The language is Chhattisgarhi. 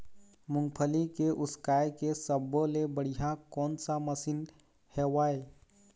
मूंगफली के उसकाय के सब्बो ले बढ़िया कोन सा मशीन हेवय?